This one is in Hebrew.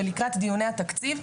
ולקראת דיוני התקציב,